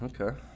okay